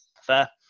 Fair